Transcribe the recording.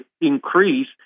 increase